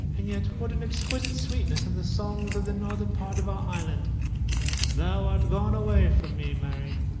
and yet what an exquisite sweetness in the songs of the northern part of our island thou art gone awa' from me, mary!